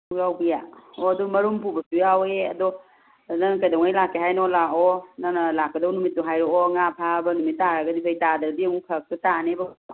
ꯄꯣꯛꯂꯥꯎꯕꯤ ꯑꯣ ꯑꯗꯨ ꯃꯔꯨꯝ ꯄꯨꯕꯁꯨ ꯌꯥꯎꯏ ꯑꯗꯣ ꯅꯪ ꯀꯩꯗꯧꯉꯩ ꯂꯥꯛꯀꯦ ꯍꯥꯏꯅꯣ ꯂꯥꯛꯑꯣ ꯅꯪꯅ ꯂꯥꯛꯀꯗꯧꯕ ꯅꯨꯃꯤꯠꯇꯣ ꯍꯥꯏꯔꯛꯑꯣ ꯉꯥ ꯐꯥꯕ ꯅꯨꯃꯤꯠ ꯇꯥꯔꯒꯗꯤ ꯐꯩ ꯇꯥꯗ꯭ꯔꯥꯗꯤ ꯑꯃꯨꯛ ꯐꯔꯛꯇꯣ ꯇꯥꯅꯦꯕꯀꯣ